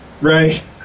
Right